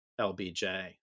lbj